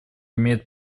имеет